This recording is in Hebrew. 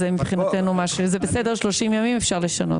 אז מבחינתנו מה, זה בסדר 30 ימים, אפשר לשנות.